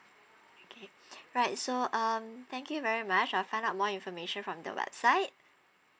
okay right so um thank you very much I will find out more information from the website